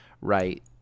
right